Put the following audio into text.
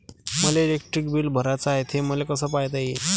मले electric bill भराचं हाय, ते मले कस पायता येईन?